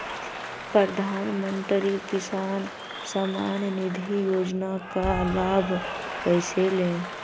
प्रधानमंत्री किसान समान निधि योजना का लाभ कैसे ले?